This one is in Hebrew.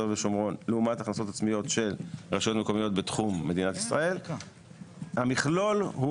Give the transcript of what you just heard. ושומרון לעומת הכנסות עצמיות של רשויות מקומיות בתחום מדינת ישראל המכלול הוא